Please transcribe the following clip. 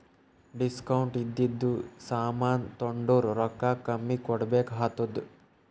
discount ಇದ್ದಿದು ಸಾಮಾನ್ ತೊಂಡುರ್ ರೊಕ್ಕಾ ಕಮ್ಮಿ ಕೊಡ್ಬೆಕ್ ಆತ್ತುದ್